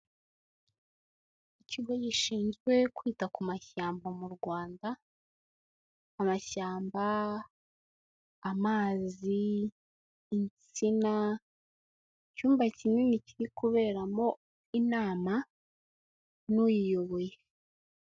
Ikigo gishinzwe kwita ku mashyamba mu Rwanda, amashyamba, amazi, insina, icyumba kinini kiri kuberamo inama n'uyiyoboye.